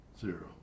zero